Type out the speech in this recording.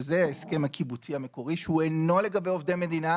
שזה ההסכם הקיבוצי המקורי שהוא אינו לגבי עובדי מדינה,